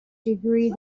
degree